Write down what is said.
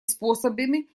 способами